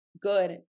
good